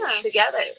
Together